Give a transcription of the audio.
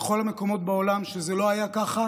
בכל המקומות בעולם שזה לא היה ככה